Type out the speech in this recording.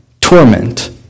torment